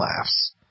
Laughs